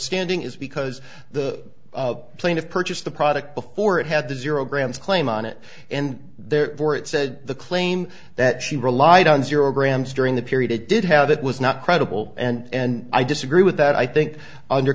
standing is because the plaintiff purchased the product before it had the zero grams claim on it and therefore it said the claim that she relied on zero grams during the period it did have that was not credible and i disagree with that i think under